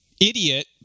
idiot